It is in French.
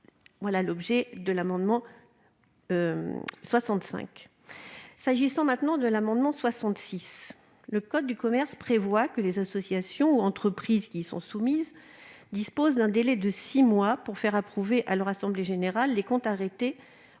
est l'objet de l'amendement n° 65. Par ailleurs, le code de commerce prévoit que les associations ou entreprises qui y sont soumises disposent d'un délai de six mois pour faire approuver par leur assemblée générale les comptes arrêtés